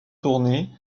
tournée